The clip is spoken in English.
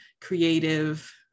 creative